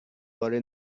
باره